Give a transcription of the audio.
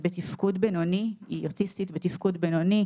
היא אוטיסטית בתפקוד בינוני,